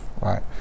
right